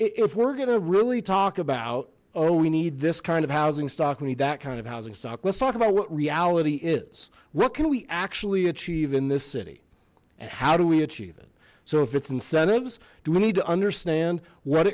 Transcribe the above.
if we're gonna really talk about oh we need this kind of housing stock we need that kind of housing stock let's talk about what reality is what can we actually achieve in this city and how do we achieve it so if its incentives do we need to understand what